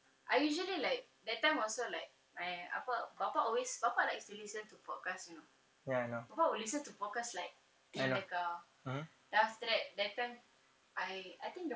I usually like that time also like my apa ah bapa always bapa likes to listen to podcast you know bapa will listen to podcast like in the car then after that that time I I think the